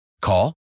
Call